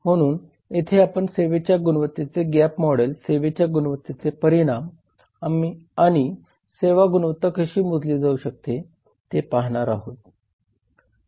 म्हणून येथे आपण सेवेच्या गुणवत्तेचे गॅप मॉडेल सेवेच्या गुणवत्तेचे परिमाण आणि सेवा गुणवत्ता कशी मोजली जाऊ शकते ते पाहणार आहोत